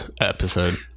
episode